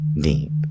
deep